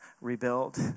rebuild